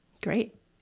Great